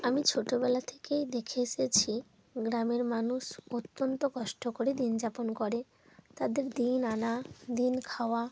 আমি ছোটবেলা থেকেই দেখে এসেছি গ্রামের মানুষ অত্যন্ত কষ্ট করে দিনযাপন করে তাদের দিন আনা দিন খাওয়া